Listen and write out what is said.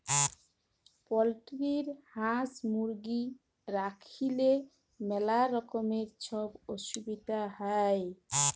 poultry হাঁস, মুরগি রাইখলেই ম্যালা রকমের ছব অসুবিধা হ্যয়